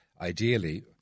ideally